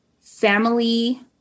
family